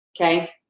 Okay